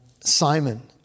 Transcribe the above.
Simon